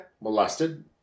molested